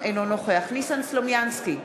אינו נוכח ניסן סלומינסקי,